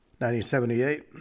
1978